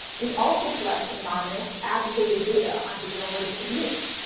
which also collects anonymous, aggregated data on digital edition use.